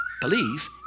believe